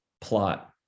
plot